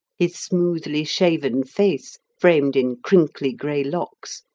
his smoothly shaven face, framed in crinkly, gray locks,